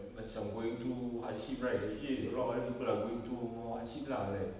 macam going through hardship right actually a lot of other people are going through more hardship lah like